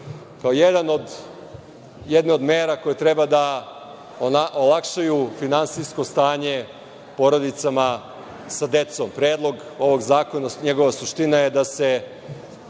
je jedna od mera koja treba da olakša finansijsko stanje porodicama sa decom. Predlog ovog zakona, njegova suština je da se